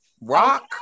Rock